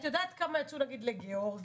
את יודעת כמה יצאו נגיד לגיאורגיה,